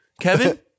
Kevin